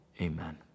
amen